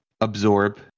absorb